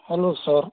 hello sir